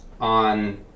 on